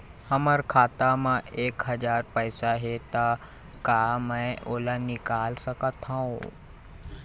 हमर खाता मा एक हजार पैसा हे ता का मैं ओला निकाल सकथव?